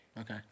Okay